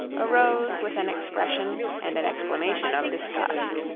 arose with an expression and an exclamation of disgust.